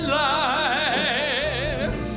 life